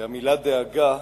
המלה "דאגה",